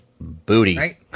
booty